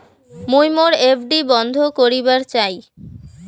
মুই মোর এফ.ডি বন্ধ করিবার চাই